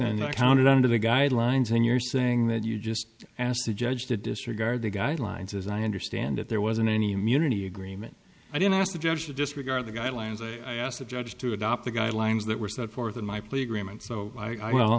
and i counted under the guidelines and you're saying that you just asked the judge to disregard the guidelines as i understand it there wasn't any immunity agreement i didn't ask the judge to disregard the guidelines i asked the judge to adopt the guidelines that were set forth in my plea agreement so i